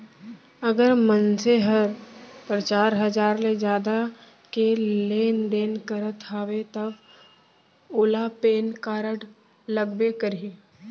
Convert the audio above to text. अगर मनसे ह पचार हजार ले जादा के लेन देन करत हवय तव ओला पेन कारड लगबे करही